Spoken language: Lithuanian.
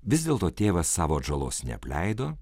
vis dėlto tėvas savo atžalos neapleido